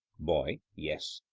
boy yes.